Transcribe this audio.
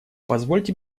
позвольте